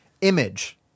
Image